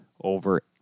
over